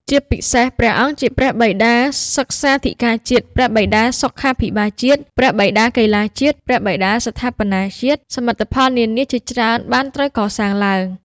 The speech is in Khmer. ជាពិសេសព្រះអង្គជា ព្រះបិតាសិក្សាធិការជាតិ ព្រះបិតាសុខាភិបាលជាតិ ព្រះបិតាកីឡាជាតិ ព្រះបិតាស្ថាបនាជាតិ សមិទ្ធផលនានា ជាច្រើនបានត្រូវកសាងឡើង។